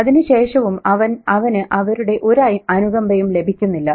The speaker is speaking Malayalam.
അതിനു ശേഷവും അവന് അവരുടെ ഒരു അനുകമ്പയും ലഭിക്കുന്നില്ല